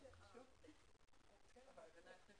את ישיבת ועדת המדע והטכנולוגיה.